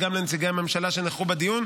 וגם לנציגי הממשלה שנכחו בדיון,